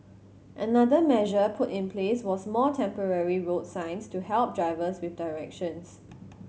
another measure put in place was more temporary road signs to help drivers with directions